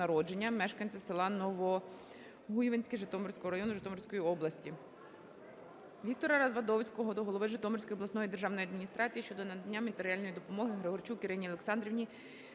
мешканця селища Новогуйвинське Житомирського району, Житомирської області. Віктора Развадовського до голови Житомирської обласної державної адміністрації щодо надання матеріальної допомоги Григорчук Ірині Олександрівні,